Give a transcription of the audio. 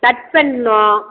cut பண்ணும்